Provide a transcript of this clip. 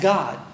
God